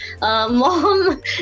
mom